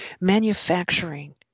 manufacturing